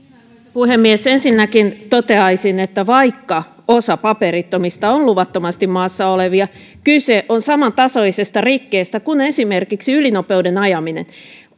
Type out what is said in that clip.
puhemies ensinnäkin toteaisin että vaikka osa paperittomista on luvattomasti maassa olevia kyse on samantasoisesta rikkeestä kuin esimerkiksi ylinopeuden ajaminen